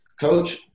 Coach